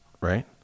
right